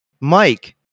Mike